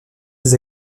ses